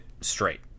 straight